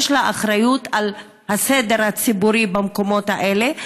יש לה אחריות לסדר הציבורי במקומות האלה,